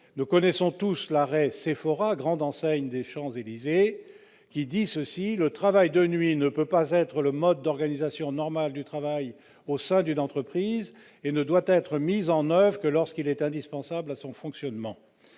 Nous connaissons tous l'arrêt, grande enseigne des Champs-Élysées, en vertu duquel « le travail de nuit ne peut pas être le mode d'organisation normal du travail au sein d'une entreprise et ne doit être mis en oeuvre que lorsqu'il est indispensable à son fonctionnement ».